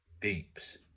beeps